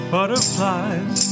Butterflies